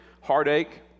heartache